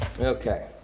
Okay